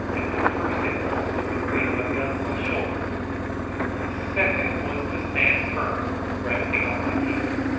and my first impulse was to raise my gun to my shoulder but my second was to stand firm, resting on my piece,